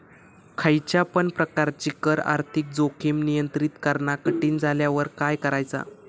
खयच्या पण प्रकारची कर आर्थिक जोखीम नियंत्रित करणा कठीण झाल्यावर काय करायचा?